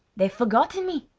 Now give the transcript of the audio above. they've forgotten me!